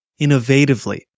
innovatively